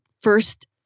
first